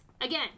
Again